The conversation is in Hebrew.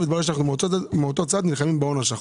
הסתבר שאנו באותו צד נלחמים בהון השחור.